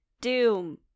doom